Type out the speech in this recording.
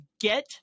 get